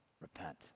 repent